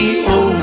over